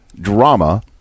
drama